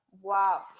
wow